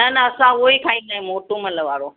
न न असां उहो ई खाईंदा आहियूं मोटूमल वारो